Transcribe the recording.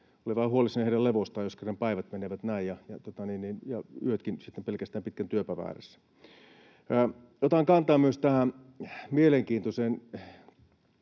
Olen vähän huolissani heidän levostaan, jos kerta päivät menevät näin ja yötkin sitten pelkästään pitkän työpäivän ääressä. Otan kantaa myös tähän mielenkiintoiseen,